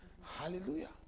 Hallelujah